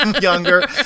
Younger